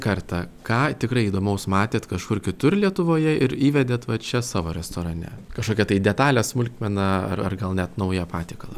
kartą ką tikrai įdomaus matėt kažkur kitur lietuvoje ir įvedėt va čia savo restorane kažkokia tai detalė smulkmena ar ar gal net naują patiekalą